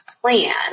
plan